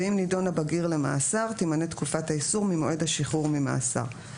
ואם נידון הבגיר למאסר תימנה תקופת האיסור ממועד השחרור ממאסר.